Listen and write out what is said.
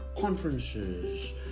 conferences